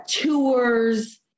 tours